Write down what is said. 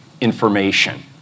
information